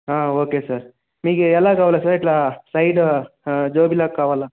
okay sir మీకు ఎలా కావాలి సార్ ఇట్లా సైడు జోబీలాగ కావాలి